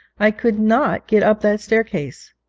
i could not get up that staircase.